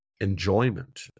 enjoyment